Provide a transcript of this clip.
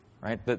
right